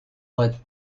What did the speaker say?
let